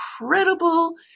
incredible